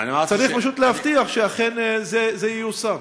צריך פשוט להבטיח שאכן זה ייושם.